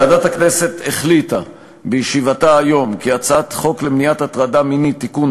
ועדת הכנסת החליטה בישיבתה היום כי הצעת חוק למניעת הטרדה מינית (תיקון,